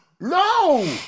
No